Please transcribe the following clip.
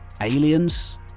Aliens